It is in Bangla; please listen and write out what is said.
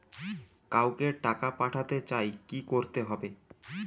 কাউকে টাকা পাঠাতে চাই কি করতে হবে?